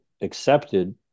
accepted